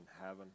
heaven